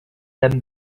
dame